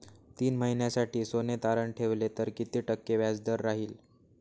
तीन महिन्यासाठी सोने तारण ठेवले तर किती टक्के व्याजदर राहिल?